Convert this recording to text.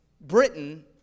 Britain